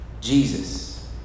Jesus